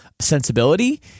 sensibility